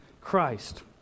Christ